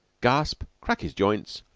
gasp, crack his joints,